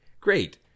great